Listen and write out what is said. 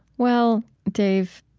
well, dave,